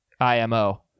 IMO